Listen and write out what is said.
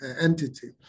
entity